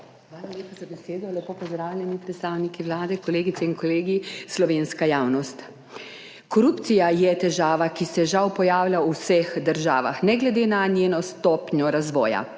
Hvala lepa za besedo. Lepo pozdravljeni predstavniki Vlade, kolegice in kolegi, slovenska javnost! Korupcija je težava, ki se žal pojavlja v vseh državah, ne glede na njeno stopnjo razvoja.